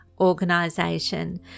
organization